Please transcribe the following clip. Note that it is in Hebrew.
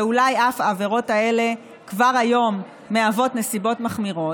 ואולי אף העבירות האלה כבר היום מהוות נסיבות מחמירות.